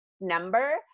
number